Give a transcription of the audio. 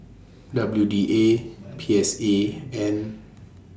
W D A P S A and